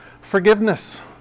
Forgiveness